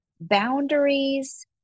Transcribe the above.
Boundaries